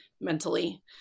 mentally